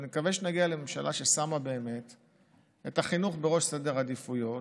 ואני מקווה שנגיע לממשלה ששמה באמת את החינוך בראש סדר העדיפויות,